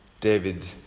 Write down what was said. David